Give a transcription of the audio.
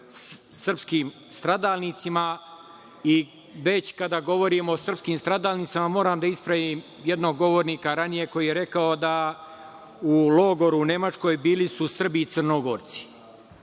srpskim stradalnicima i već kada govorimo o srpskim stradalnicima, moram da ispravim jednog govornika ranije, koji je rekao da u logoru u Nemačkoj bili su Srbi i Crnogorci.